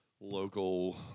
local